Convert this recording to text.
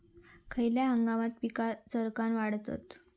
खयल्या हंगामात पीका सरक्कान वाढतत?